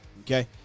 okay